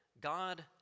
God